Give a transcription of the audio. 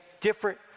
different